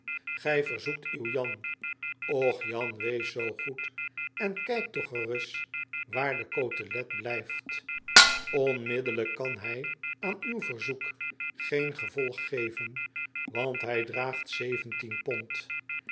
gij verzoekt uw jan och jan wees zoo goed en kijk toch ercis waar de cotelet blyft onmiddellijk kan hij aan uw verzoek geen gevolg geven want hij draagt zeventien pond